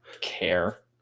care